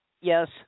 Yes